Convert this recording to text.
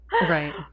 right